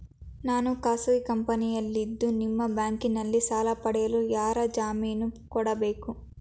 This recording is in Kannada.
ನಾನು ಖಾಸಗಿ ಕಂಪನಿಯಲ್ಲಿದ್ದು ನಿಮ್ಮ ಬ್ಯಾಂಕಿನಲ್ಲಿ ಸಾಲ ಪಡೆಯಲು ಯಾರ ಜಾಮೀನು ಕೊಡಬೇಕು?